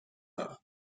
her